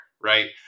right